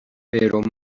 però